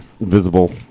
visible